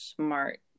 smart